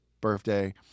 birthday